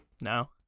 no